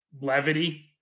levity